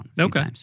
Okay